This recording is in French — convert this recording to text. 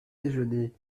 déjeuner